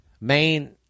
main